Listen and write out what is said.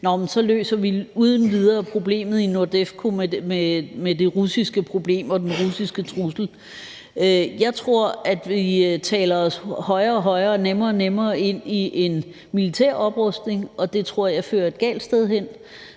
så løser vi uden videre problemet med Rusland og den russiske trussel i NORDEFCO. Jeg tror, at vi taler os højere og højere og nemmere og nemmere ind i en militær oprustning, og det tror jeg fører et galt sted hen.